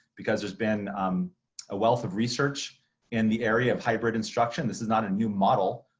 because there's been um a wealth of research in the area of hybrid instruction. this is not a new model.